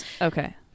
okay